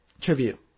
tribute